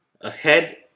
ahead